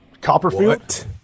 Copperfield